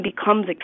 becomes